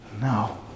No